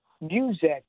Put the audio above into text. music